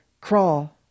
crawl